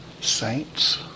Saints